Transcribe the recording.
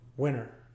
winner